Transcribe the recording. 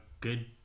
good